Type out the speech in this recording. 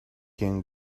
can